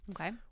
Okay